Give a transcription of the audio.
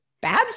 bad